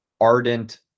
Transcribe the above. ardent